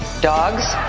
dogs,